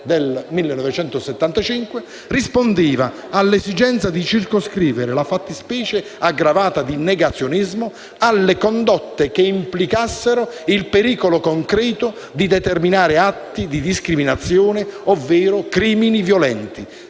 del 1975, rispondeva all'esigenza di circoscrivere la fattispecie aggravata di negazionismo alle condotte che implicassero il pericolo concreto di determinare atti di discriminazione ovvero crimini violenti,